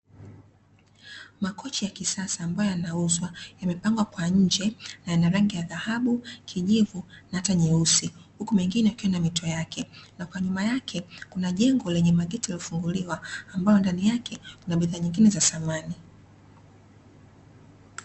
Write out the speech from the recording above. Makochi ya kisasa ambayo yanauzwa, yamepangwa kwa nje na yana rangi ya dhahabu, kijivu na hata nyeusi, huku mengine yakiwa na mito yake, na kwa nyuma yake kuna jengo lenye mageti yaliyofunguliwa, ambayo ndani yake kuna bidhaa nyingine za samani.